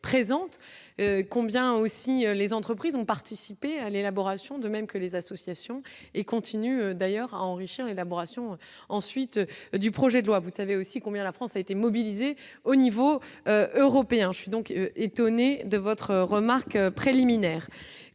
combien aussi les entreprises vont participer à l'élaboration de même que les associations et continuent d'ailleurs à enrichir l'élaboration ensuite du projet de loi vous savez aussi combien la France a été mobilisée au niveau européen, je suis donc étonné de votre remarque préliminaire